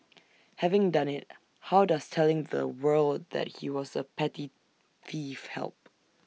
having done IT how does telling the world that he was A petty thief help